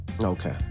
Okay